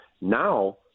Now